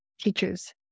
teachers